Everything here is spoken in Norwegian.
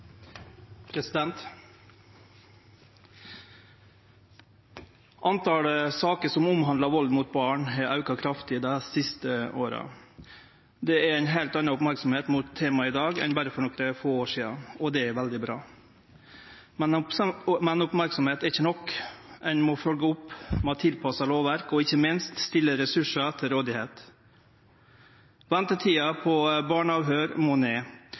saker som omhandlar vald mot barn, har auka kraftig dei siste åra. Det er ei heilt anna merksemd om temaet i dag enn berre for nokre få år sidan, og det er veldig bra. Men merksemd er ikkje nok. Ein må følgje opp med å tilpasse lovverket og ikkje minst stille ressursar til rådvelde. Ventetida på barneavhøyr må ned. Vi må